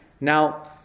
now